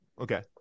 Okay